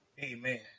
Amen